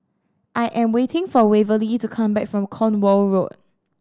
I am waiting for Waverly to come back from Cornwall Road